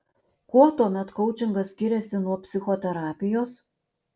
kuo tuomet koučingas skiriasi nuo psichoterapijos